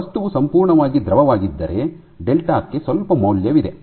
ವಸ್ತುವು ಸಂಪೂರ್ಣವಾಗಿ ದ್ರವವಾಗಿದ್ದರೆ ಡೆಲ್ಟಾ ಕ್ಕೆ ಸ್ವಲ್ಪ ಮೌಲ್ಯವಿದೆ